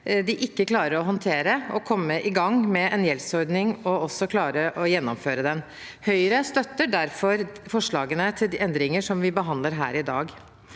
de ikke klarer å håndtere, å komme i gang med en gjeldsordning og også klare å gjennomføre den. Høyre støtter derfor forslagene til endringer som vi behandler her i dag.